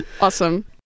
Awesome